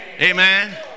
Amen